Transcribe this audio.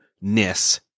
ness